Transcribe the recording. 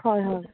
हय हय